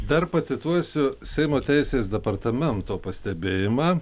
dar pacituosiu seimo teisės departamento pastebėjimą